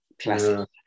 Classic